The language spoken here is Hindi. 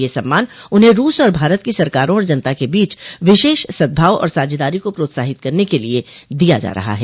यह सम्मान उन्हें रूस और भारत की सरकारों और जनता के बीच विशेष सद्भाव और साझेदारो को प्रोत्साहित करने के लिए दिया जा रहा है